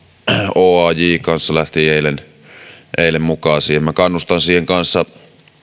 oaj kanssa lähti eilen mukaan siihen minä kannustan kanssa